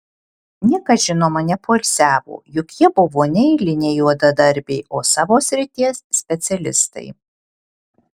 niekas žinoma nepoilsiavo juk jie buvo ne eiliniai juodadarbiai o savo srities specialistai